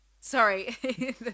Sorry